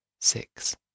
six